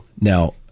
Now